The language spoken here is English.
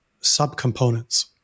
subcomponents